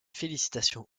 félicitations